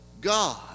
God